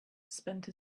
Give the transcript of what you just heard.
spent